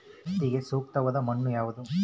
ಹತ್ತಿಗೆ ಸೂಕ್ತವಾದ ಮಣ್ಣು ಯಾವುದು?